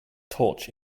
torch